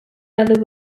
other